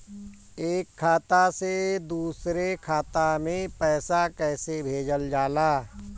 एक खाता से दुसरे खाता मे पैसा कैसे भेजल जाला?